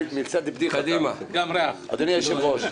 אדוני היושב-ראש,